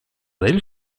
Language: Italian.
del